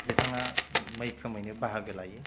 बिथाङा मैखोमैनो बाहागो लायो